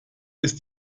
ist